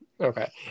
Okay